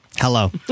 Hello